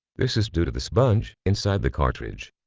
this is due to the sponge inside the cartridge.